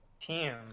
team